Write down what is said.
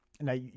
now